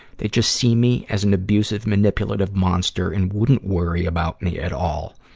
they'd just see me as an abusive, manipulative monster and wouldn't worry about me at all.